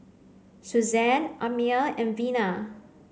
Susanne Amir and Vina